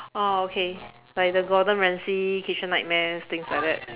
ah okay like the Gordan-Ramsey kitchen nightmares things like that